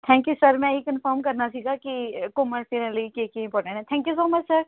thank you sir ਮੈਂ ਇਹੀ confirm ਕਰਨਾ ਸੀਗਾ ਕਿ ਘੁੰਮਣ ਫਿਰਨ ਲਈ ਕੀ ਕੀ ਇੰਮਪੋਰਟੈਂਟ ਆ thank you so much sir